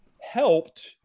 helped